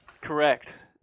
Correct